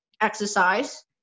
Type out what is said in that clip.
exercise